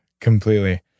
completely